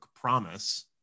promise